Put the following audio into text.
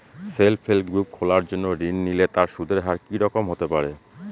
Self help group খোলার জন্য ঋণ নিলে তার সুদের হার কি রকম হতে পারে?